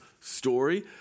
story